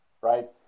right